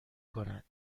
کند